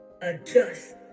adjust